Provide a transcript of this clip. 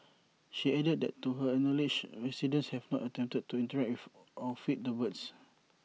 she added that to her knowledge residents have not attempted to interact with or feed the birds